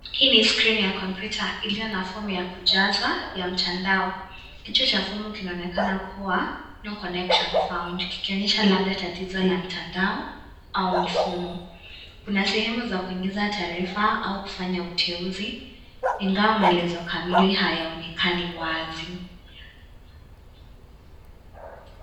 Hii ni skrini ya kompyuta iliyo na fomu ya kujaza ya mtandao . Kichwa cha fomu kinaonekana kuwa (CS)no connection found(CS )kikionyesha labda tatizo la mtandao au mfumo. Kuna sehemu za kuingiza taarifa au kufanya uteuzi ingawa maelezo kamili hayaonekani wazi.